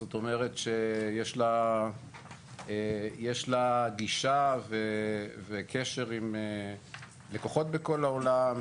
זאת אומרת שיש לה גישה וקשר עם לקוחות בכל העולם,